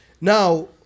Now